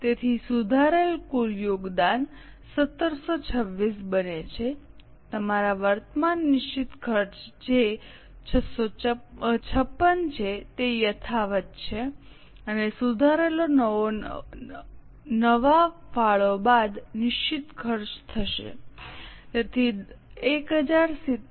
તેથી સુધારેલ કુલ યોગદાન 1726 બને છે તમારા વર્તમાન નિશ્ચિત ખર્ચ જે 656 છે તે યથાવત છે અને સુધારેલો નવો નવા ફાળો બાદ નિશ્ચિત ખર્ચ થશે તેથી 1070